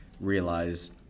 realize